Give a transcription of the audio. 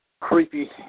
creepy